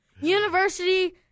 University